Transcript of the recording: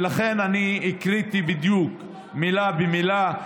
ולכן אני הקראתי בדיוק, מילה במילה.